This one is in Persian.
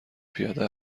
پیاده